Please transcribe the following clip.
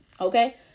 okay